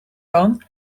kan